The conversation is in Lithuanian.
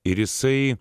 ir jisai